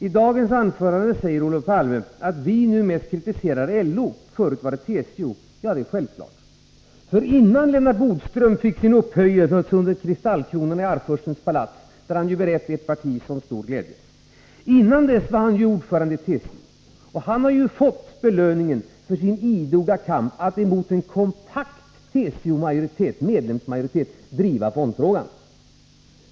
I dagens anförande säger Olof Palme att vi nu mest kritiserar LO, och förut var det TCO. Ja, det är självklart. Innan Lennart Bodström fick sin upphöjelse under kristallkronorna i Arvfurstens palats, där han berett sitt parti sådan stor glädje, var han ju ordförande i TCO. Och han har fått belöningen för sin idoga kamp att emot en kompakt medlemsmajoritet i TCO driva fondfrågan.